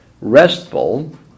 restful